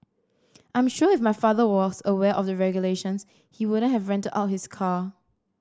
I'm sure if my father was aware of the regulations he wouldn't have rented out his car